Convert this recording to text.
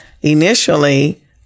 initially